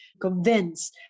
convince